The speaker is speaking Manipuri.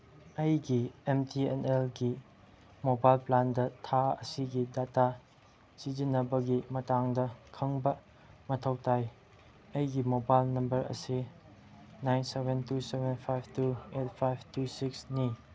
ꯑꯩꯒꯤ ꯑꯦꯝ ꯇꯤ ꯑꯦꯟ ꯑꯦꯜꯒꯤ ꯃꯣꯕꯥꯏꯜ ꯄ꯭ꯂꯥꯟꯗ ꯊꯥ ꯑꯁꯤꯒꯤ ꯗꯇꯥ ꯁꯤꯖꯤꯟꯅꯕꯒꯤ ꯃꯇꯥꯡꯗ ꯈꯪꯕ ꯃꯊꯧ ꯇꯥꯏ ꯑꯩꯒꯤ ꯃꯣꯕꯥꯏꯜ ꯅꯝꯕꯔ ꯑꯁꯤ nine seven two seven five two eight five two ꯁꯤꯛꯁꯅꯤ